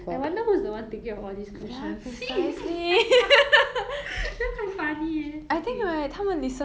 I wonder who's the one thinking of all these questions some quite funny eh okay